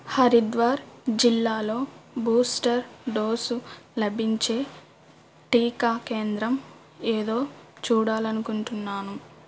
హరిద్వార్ జిల్లాలో booster dose లభించే టీకా కేంద్రం ఏదో చూడాలనుకుంటున్నాను